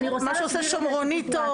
כמו מה שעושה שומרוני טוב,